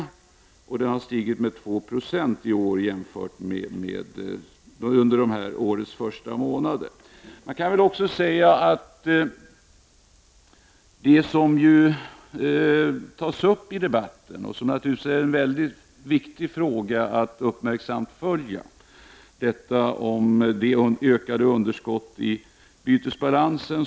Produktionen har stigit med 2 20 under årets första månader. En viktig sak som också har uppmärksammats i debatten är det ökade underskottet i bytesbalansen.